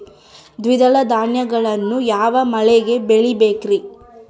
ದ್ವಿದಳ ಧಾನ್ಯಗಳನ್ನು ಯಾವ ಮಳೆಗೆ ಬೆಳಿಬೇಕ್ರಿ?